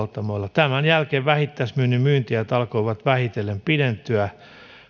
huoltamoilla tämän jälkeen vähittäismyynnin myyntiajat alkoivat vähitellen pidentyä